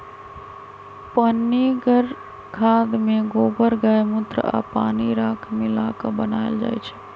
पनीगर खाद में गोबर गायमुत्र आ पानी राख मिला क बनाएल जाइ छइ